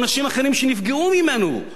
או אנשים אחרים שנפגעו ממנו,